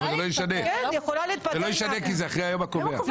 זה לא ישנה כי זה אחרי היום הקובע.